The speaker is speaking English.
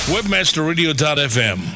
Webmasterradio.fm